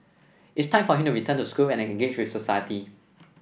it's time for him to return to school and engage with society